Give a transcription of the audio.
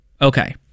Okay